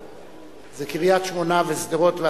זה קריית-שמונה ושדרות,